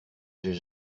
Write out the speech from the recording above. j’aie